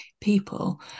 people